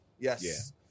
Yes